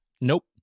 Nope